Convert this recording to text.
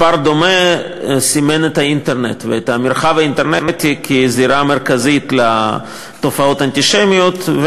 מספר דומה סימן את המרחב האינטרנטי כזירה מרכזית של תופעות אנטישמיות.